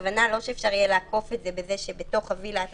הכוונה לא שיהיה אפשר לעקוף את זה בכך שבתוך הווילה אתה